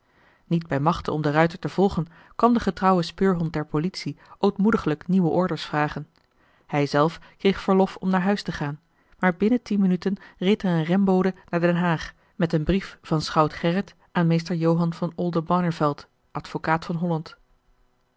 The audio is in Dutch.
niet bij machte om den ruiter te volgen kwam de getrouwe speurhond der politie ootmoediglijk nieuwe orders vragen hij zelf kreeg verlof om naar huis te gaan maar binnen tien minuten reed er een renbode naar den haag met een brief van schout gerrit aan meester johan van oldenbarneveld advocaat van holland